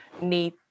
need